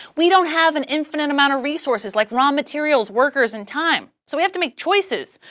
we don't have an infinite amount of resources like raw materials, workers, and time, so we have to make choices.